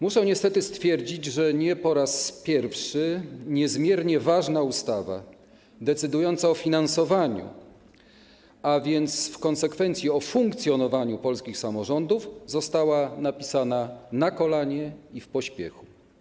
Muszę niestety stwierdzić, że nie po raz pierwszy niezmiernie ważna ustawa, decydująca o finansowaniu, a więc w konsekwencji o funkcjonowaniu polskich samorządów, została napisana na kolanie i w pośpiechu.